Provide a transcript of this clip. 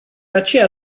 aceea